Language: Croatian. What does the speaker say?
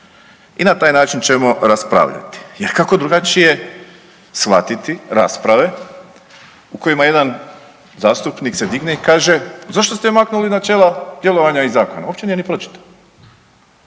i na taj način ćemo raspravljati jer kako drugačije shvatiti rasprave u kojima jedan zastupnik se digne i kaže zašto ste maknuli načela djelovanja iz zakona, uopće nije ni pročitao.